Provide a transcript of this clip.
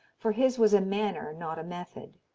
for his was a manner not a method.